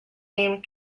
name